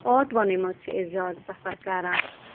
آٹوَنٕے منٛز چھِ أسۍ زیادٕ سفر کَران